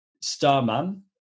Starman